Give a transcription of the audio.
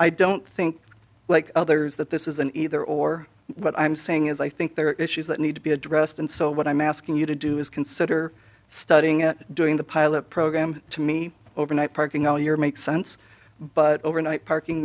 i don't think like others that this is an either or what i'm saying is i think there are issues that need to be addressed and so what i'm asking you to do is consider studying at doing the pilot program to me overnight parking all year makes sense but overnight parking